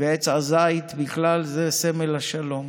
ועץ הזית בכלל זה סמל השלום